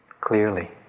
clearly